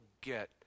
get